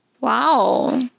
Wow